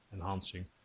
enhancing